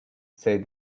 said